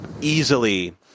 easily